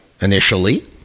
initially